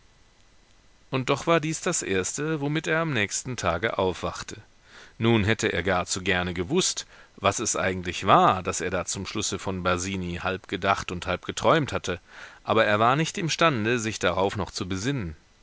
und doch war dies das erste womit er am nächsten tage aufwachte nun hätte er gar zu gerne gewußt was es eigentlich war das er da zum schlusse von basini halb gedacht und halb geträumt hatte aber er war nicht imstande sich darauf noch zu besinnen